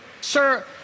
sir